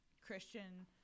christian